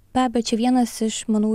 be abejo čia vienas iš manau